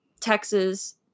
Texas